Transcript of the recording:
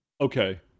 okay